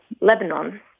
Lebanon